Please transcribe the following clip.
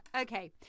Okay